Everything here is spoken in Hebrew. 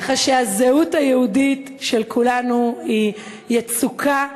ככה שהזהות היהודית של כולנו היא יצוקה.